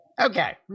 Okay